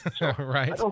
Right